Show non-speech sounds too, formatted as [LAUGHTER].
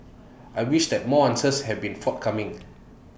I wish that more answers have been forthcoming [NOISE]